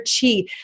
chi